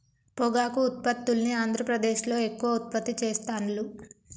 పొగాకు ఉత్పత్తుల్ని ఆంద్రప్రదేశ్లో ఎక్కువ ఉత్పత్తి చెస్తాండ్లు